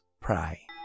pray